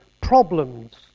problems